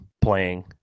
playing